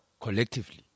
Collectively